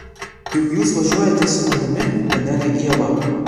juk jūs važiuojate su manimi panele ieva